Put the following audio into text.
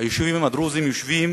היישובים הדרוזים יושבים